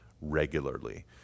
regularly